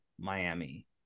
Miami